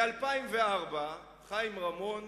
ב-2004 חיים רמון